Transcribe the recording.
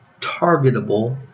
targetable